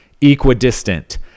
equidistant